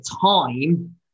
time